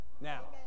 Now